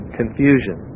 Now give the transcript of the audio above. confusion